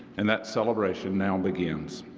and that celebration now begins.